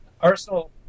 Arsenal